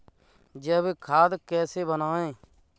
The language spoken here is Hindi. जैविक खाद कैसे बनाएँ?